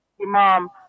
mom